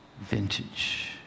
vintage